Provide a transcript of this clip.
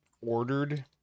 ordered